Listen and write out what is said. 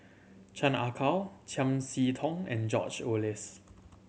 Chan Ah Kow Chiam See Tong and George Oehlers